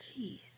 Jeez